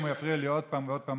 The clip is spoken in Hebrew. אם הוא יפריע לי עוד פעם או עוד פעם,